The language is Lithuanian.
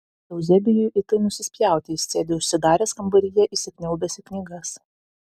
euzebijui į tai nusispjauti jis sėdi užsidaręs kambaryje įsikniaubęs į knygas